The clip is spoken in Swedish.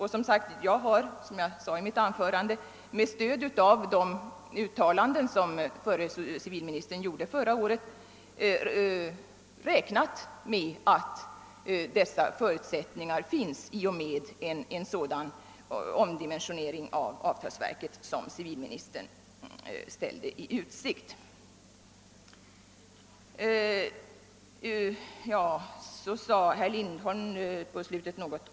Och som jag sade i mitt förra anförande har jag, med stöd av de uttalanden som förre civilministern gjorde i fjol, räknat med att de förutsättningarna finns i och med att den utbyggnad av avtalsverket som civilministern ställde i utsikt kommer till stånd.